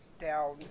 down